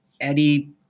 Eddie